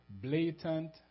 blatant